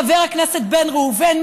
חבר הכנסת בן ראובן,